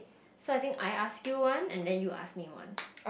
so I think I ask you one and then you ask me one